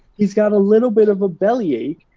he's got a little bit of a bellyache,